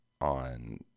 on